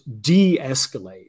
de-escalate